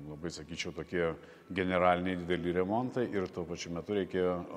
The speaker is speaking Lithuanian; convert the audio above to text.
labai sakyčiau tokie generaliniai dideli remontai ir tuo pačiu metu reikėjo